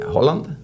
Holland